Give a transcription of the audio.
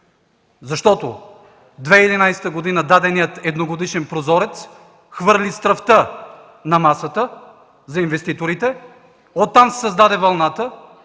Защото през 2011 г. даденият едногодишен прозорец хвърли стръвта на масата за инвеститорите, оттам се създаде вълната,